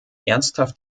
ernsthaft